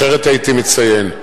אחרת הייתי מציין.